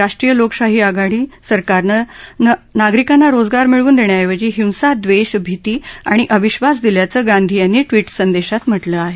राष्ट्रीय लोकशाही आघाडी सरकारनं नागरिकांना रोजगार मिळवून देण्याऐवजी हिंसा ड्रेष भिती आणि अविधास दिल्याचं गांधी यांनी ट्विट संदेशात म्हटलं आहे